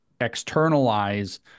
externalize